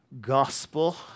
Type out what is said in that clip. gospel